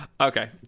Okay